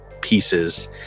pieces